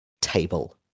table